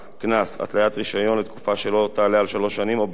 התליית רשיון לתקופה שלא תעלה על שלוש שנים או ביטול הרשיון.